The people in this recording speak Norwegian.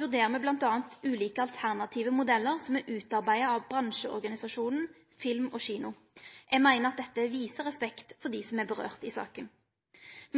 vurderer me bl.a. ulike alternative modellar som er utarbeidde av bransjeorganisasjonen Film & Kino. Eg meiner dette viser respekt for dei som er involverte i saka.